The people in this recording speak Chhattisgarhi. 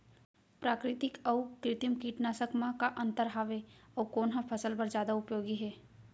प्राकृतिक अऊ कृत्रिम कीटनाशक मा का अन्तर हावे अऊ कोन ह फसल बर जादा उपयोगी हे?